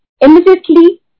immediately